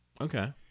Okay